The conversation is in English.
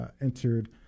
entered